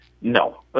No